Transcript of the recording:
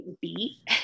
beat